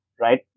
right